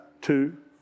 Two